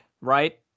right